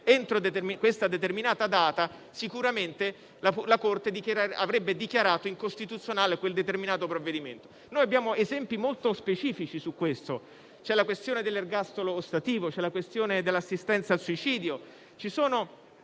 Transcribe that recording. entro questa determinata data, sicuramente la Corte avrebbe dichiarato incostituzionale quel provvedimento). Abbiamo esempi molto specifici di questo, come la questione dell'ergastolo ostativo e quella dell'assistenza al suicidio.